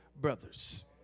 brothers